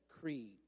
creed